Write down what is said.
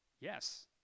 yes